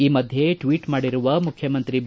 ಈ ಮಧ್ಯೆ ಟ್ವೀಟ್ ಮಾಡಿರುವ ಮುಖ್ಯಮಂತ್ರಿ ಬಿ